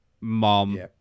mom